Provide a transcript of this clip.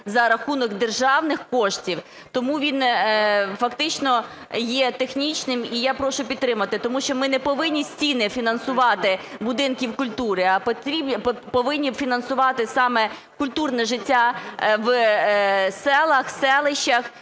за рахунок державних коштів, тому він фактично є технічним. І я прошу підтримати. Тому що ми не повинні стіни фінансувати будинків культури, а повинні фінансувати саме культурне життя в селах, селищах,